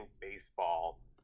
baseball